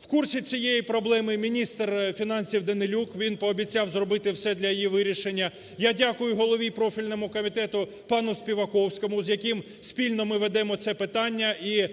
В курсі цієї проблеми і міністр фінансів Данилюк. Він пообіцяв зробити все для її вирішення. Я дякую голові профільного комітету пану Співаковському, з яким спільно ми ведемо це питання, і